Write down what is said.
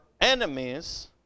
enemies